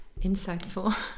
insightful